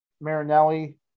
Marinelli